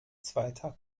zweiter